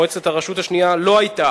מועצת הרשות השנייה לא היתה